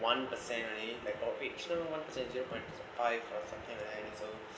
one percent only like all one percent zero point five or something like that so